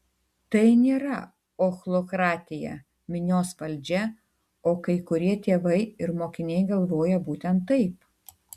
tai nėra ochlokratija minios valdžia o kai kurie tėvai ir mokiniai galvoja būtent taip